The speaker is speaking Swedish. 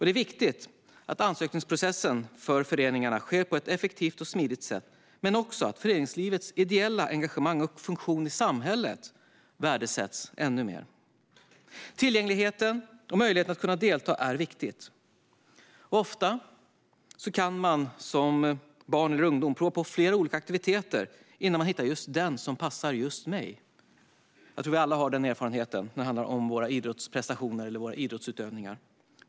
Det är viktigt att ansökningsprocessen för föreningarna sker på ett effektivt och smidigt sätt men också att föreningslivets ideella engagemang och funktion i samhället värdesätts ännu mer. Tillgängligheten och möjligheten att kunna delta är viktigt. Ofta kan man som barn eller ungdom prova på flera olika aktiviteter innan man hittar den som passar just en själv. Jag tror att vi alla har den erfarenheten när det handlar om våra idrottsprestationer och vårt idrottsutövande.